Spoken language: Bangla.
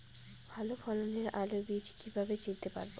ভালো ফলনের আলু বীজ কীভাবে চিনতে পারবো?